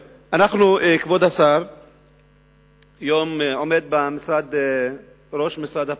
כבוד השר היום עומד בראש משרד הפנים,